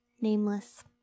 Nameless